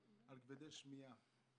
על כבדי שמיעה.